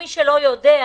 מי שלא יודע,